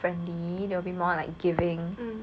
friendly they will be more like giving